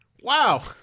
wow